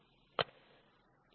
ഞാൻ അത് മായ്ക്കട്ടെ